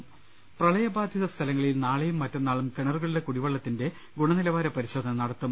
്്്്്്് പ്രളയ ബാധിത സ്ഥലങ്ങളിൽ നാളെയും മറ്റന്നാളും കിണറുകളിലെ കുടിവെള്ളത്തിന്റെ ഗുണനിലവാര പരിശോധന നടത്തും